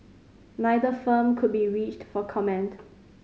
neither firm could be reached for comment